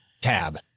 Tab